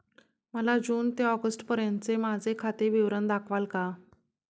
मला जून ते ऑगस्टपर्यंतचे माझे खाते विवरण दाखवाल का?